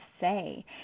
say